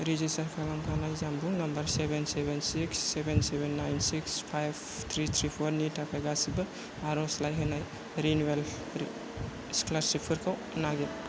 register खालामखानाय जामबुं number seven seven six seven seven nine six five three three वाननि थाखाय गासिबो आरजलाइ होनाय रिनिउयेल स्कलारसिपफोरखौ नागिर